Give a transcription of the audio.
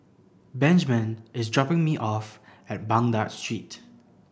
Benjman is dropping me off at Baghdad Street